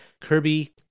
Kirby